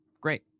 Great